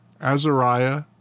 Azariah